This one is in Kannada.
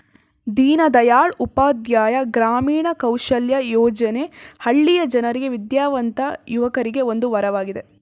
ದೀನದಯಾಳ್ ಉಪಾಧ್ಯಾಯ ಗ್ರಾಮೀಣ ಕೌಶಲ್ಯ ಯೋಜನೆ ಹಳ್ಳಿಯ ಜನರಿಗೆ ವಿದ್ಯಾವಂತ ಯುವಕರಿಗೆ ಒಂದು ವರವಾಗಿದೆ